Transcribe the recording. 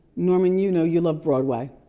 norman, you know, you love broadway.